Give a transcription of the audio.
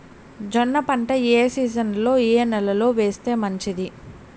జొన్న పంట ఏ సీజన్లో, ఏ నెల లో వేస్తే మంచిది?